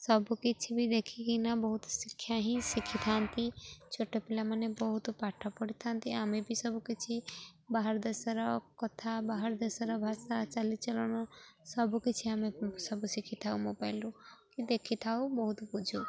ସବୁକିଛି ବି ଦେଖିକିନା ବହୁତ ଶିକ୍ଷା ହିଁ ଶିଖିଥାନ୍ତି ଛୋଟ ପିଲାମାନେ ବହୁତ ପାଠ ପଢ଼ିଥାନ୍ତି ଆମେ ବି ସବୁକିଛି ବାହାର ଦେଶର କଥା ବାହାର ଦେଶର ଭାଷା ଚାଲିଚଳନ ସବୁକିଛି ଆମେ ସବୁ ଶିଖିଥାଉ ମୋବାଇଲ୍ରୁ କି ଦେଖିଥାଉ ବହୁତ ବୁଝୁ